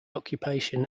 occupation